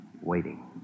waiting